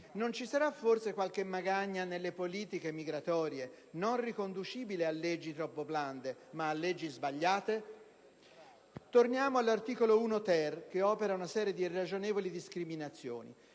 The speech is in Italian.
Non ci sarà forse qualche magagna nelle politiche migratorie, riconducibile non a leggi troppo blande ma a leggi sbagliate? Torniamo all'articolo 1-*ter*, che opera una serie di irragionevoli discriminazioni.